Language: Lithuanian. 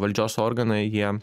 valdžios organai jie